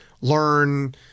learn